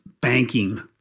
banking